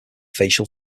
facial